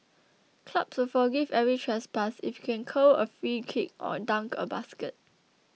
clubs will forgive every trespass if you can curl a free kick or dunk a basket